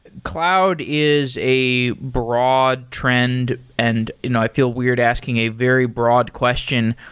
cloud is a broad trend and you know i feel weird asking a very broad question.